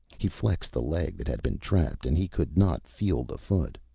he flexed the leg that had been trapped and he could not feel the foot.